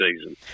season